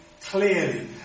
clearly